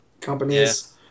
companies